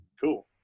Cool